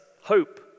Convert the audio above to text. hope